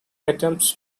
attempts